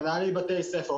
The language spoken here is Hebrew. מנהלי בתי ספר,